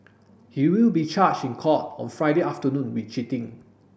he will be charged in court on Friday afternoon with cheating